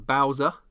Bowser